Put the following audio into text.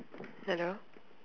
hello